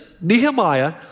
Nehemiah